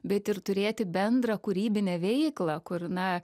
bet ir turėti bendrą kūrybinę veiklą kur na